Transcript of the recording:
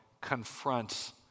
confronts